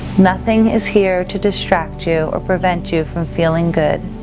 nothing is here to distract you or prevent you from feeling good.